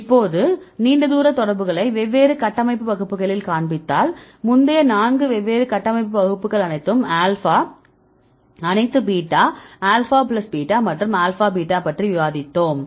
இப்போது நீண்ட தூர தொடர்புகளை வெவ்வேறு கட்டமைப்பு வகுப்புகளில் காண்பித்தாள் முந்தைய நான்கு வெவ்வேறு கட்டமைப்பு வகுப்புகள் அனைத்தும் ஆல்பா அனைத்து பீட்டா ஆல்பா பிளஸ் பீட்டா மற்றும் ஆல்பா பீட்டா பற்றி விவாதித்தோம்